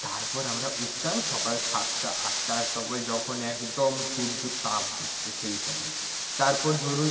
তারপর আমরা উঠতাম সকাল সাতটা আটটার সময় যখন একদম সূর্য তাপ দিচ্চে সেই সময় তারপর ধরুন